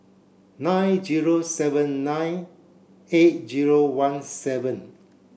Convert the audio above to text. nine zero seven nine eight zero one seven